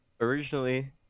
originally